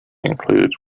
included